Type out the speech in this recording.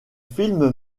films